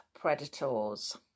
predators